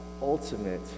ultimate